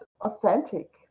authentic